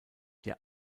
der